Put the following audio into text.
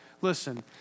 Listen